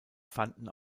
fanden